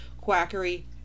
quackery